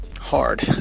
hard